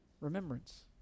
Remembrance